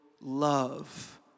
love